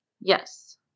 yes